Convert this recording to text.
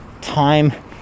time